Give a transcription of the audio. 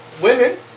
Women